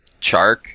Chark